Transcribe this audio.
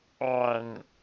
on